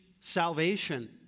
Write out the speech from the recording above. salvation